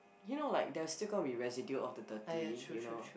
you know like there's still gonna be like residue of the dirty you know